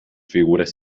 figuras